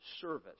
service